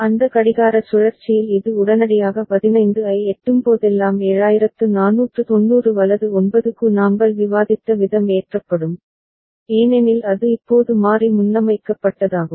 அந்த கடிகார சுழற்சியில் இது உடனடியாக 15 ஐ எட்டும்போதெல்லாம் 7490 வலது 9 க்கு நாங்கள் விவாதித்த விதம் ஏற்றப்படும் ஏனெனில் அது இப்போது மாறி முன்னமைக்கப்பட்டதாகும்